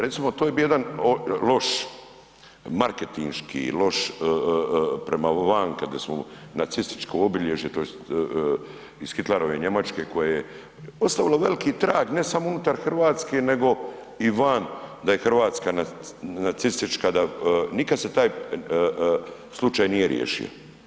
Recimo, to je bio jedan loš marketinški, loš, prema vanka, da smo nacističko obilježje, tj. iz Hitlerove Njemačke, koje ostavilo veliki trag, ne samo unutar Hrvatske nego i van, da je Hrvatska nacistička, nikad se taj slučaj nije riješio.